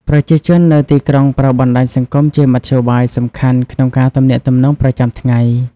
ប្រជាជននៅទីក្រុងប្រើបណ្ដាញសង្គមជាមធ្យោបាយសំខាន់ក្នុងការទំនាក់ទំនងប្រចាំថ្ងៃ។